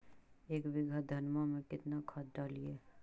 एक बीघा धन्मा में केतना खाद डालिए?